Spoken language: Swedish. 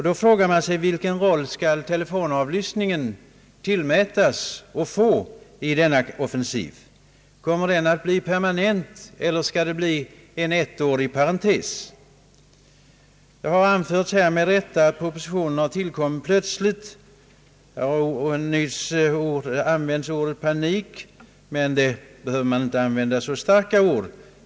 Då frågar man sig: Vilken roll skall telefonavlyssningen tillmätas och få i denna offensiv? Kommer den att bli permanent eller skall den bli en ettårig parentes? Det har här, med rätta, anförts att propositionen har tillkommit plötsligt. Nyss användes ordet panik. Så starka ord behöver man dock inte tillgripa.